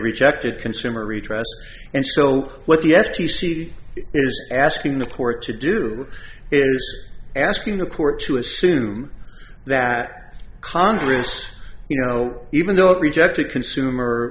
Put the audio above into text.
rejected consumer retreads and so what the f t c is asking the court to do it is asking the court to assume that congress you know even though it rejected consumer